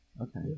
Okay